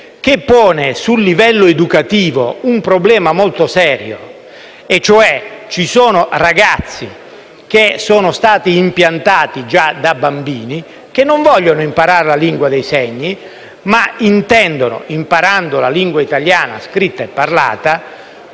si pone sul livello educativo un problema molto serio: vi sono ragazzi, che sono stati impiantati già da bambini, che non vogliono imparare la lingua dei segni, ma intendono la possibilità di imparare la lingua italiana scritta e parlata